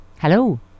Hello